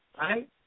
right